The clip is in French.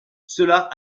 cela